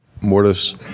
Mortis